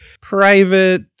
private